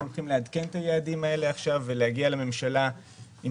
אנחנו הולכים לעדכן את היעדים הללו עכשיו ולהגיע לממשלה עם